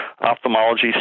ophthalmology